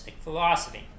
philosophy